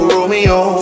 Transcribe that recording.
Romeo